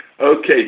Okay